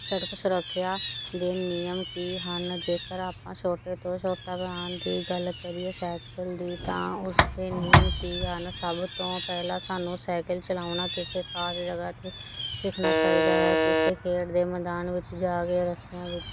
ਸੜਕ ਸੁਰੱਖਿਆ ਦੇ ਨਿਯਮ ਕੀ ਹਨ ਜੇਕਰ ਆਪਾਂ ਛੋਟੇ ਤੋਂ ਛੋਟਾ ਵਾਹਨ ਦੀ ਗੱਲ ਕਰੀਏ ਸਾਈਕਲ ਦੀ ਤਾਂ ਉਸ ਦੇ ਨਿਯਮ ਕੀ ਹਨ ਸਭ ਤੋਂ ਪਹਿਲਾ ਸਾਨੂੰ ਸਾਈਕਲ ਚਲਾਉਣਾ ਕਿਸੇ ਖ਼ਾਸ ਜਗ੍ਹਾਂ 'ਤੇ ਸਿੱਖਣਾ ਚਾਹੀਦਾ ਹੈ ਕਿਸੇ ਖੇਡ ਦੇ ਮੈਦਾਨ ਵਿੱਚ ਜਾ ਕੇ ਰਸਤਿਆਂ ਵਿੱਚ